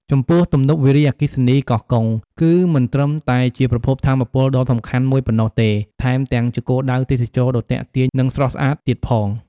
ចំពោះ ទំនប់វារីអគ្គិសនីកោះកុង គឺមិនត្រឹមតែជាប្រភពថាមពលដ៏សំខាន់មួយប៉ុណ្ណោះទេ ថែមទាំងជាគោលដៅទេសចរណ៍ដ៏ទាក់ទាញ និងស្រស់ស្អាតទៀតផង។